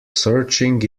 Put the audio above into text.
searching